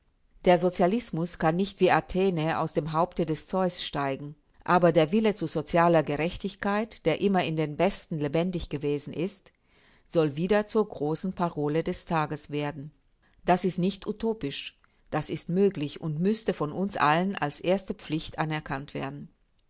der sozialismus kann nicht wie athene aus dem haupte des zeus steigen aber der wille zu sozialer gerechtigkeit der immer in den besten lebendig gewesen ist soll wieder zur großen parole des tages werden das ist nicht utopisch das ist möglich und müßte von uns allen als erste pflicht anerkannt werden